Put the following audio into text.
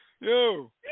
Yo